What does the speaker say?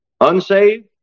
Unsaved